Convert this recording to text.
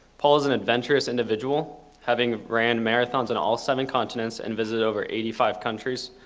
paul is an adventurous individual having run marathons in all seven continents and visited over eighty five countries.